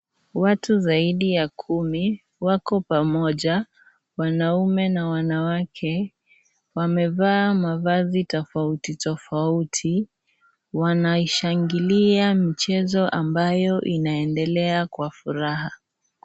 Watu zaidi ya kumi, wako pamoja, wanaume na wanawake, wamevaa mavazi tofauti tofauti, wanaishangilia michezo ambayo inaendelea kwa furaha.